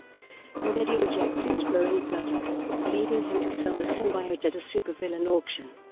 and eddie rejects its growing bloodlust, leading him to sell the symbiote at a super villain auction.